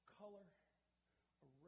color